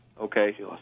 Okay